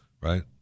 right